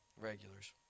regulars